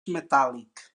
metàl·lic